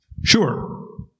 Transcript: Sure